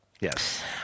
Yes